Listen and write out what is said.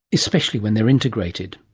especially when they're integrated.